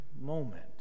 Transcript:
moment